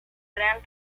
gran